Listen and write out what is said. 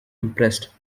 impressed